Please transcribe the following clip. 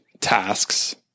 tasks